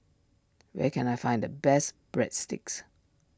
where can I find the best Breadsticks